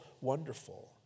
wonderful